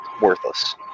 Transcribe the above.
worthless